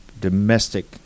domestic